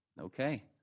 Okay